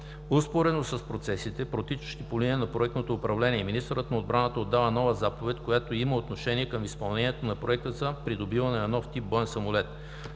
Успоредно с процесите, протичащи по линия на проектното управление, министърът на отбраната отдава нова заповед, която има отношение към изпълнението на Проекта за придобиване на нов тип боен самолет.